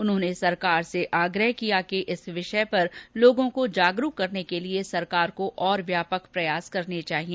उन्होंने सरकार से आग्रह किया कि इस विषय पर लोगों को जागरूक करने के लिए सरकार को और व्यापक प्रयास करने चाहिए